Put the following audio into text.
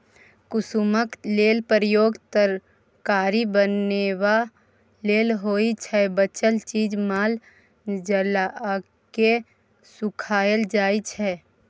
कुसुमक तेलक प्रयोग तरकारी बनेबा लेल होइ छै बचल चीज माल जालकेँ खुआएल जाइ छै